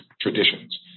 traditions